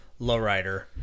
lowrider